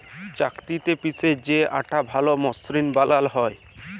চাক্কিতে পিসে যে আটা ভাল মসৃল বালাল হ্যয়